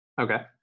Okay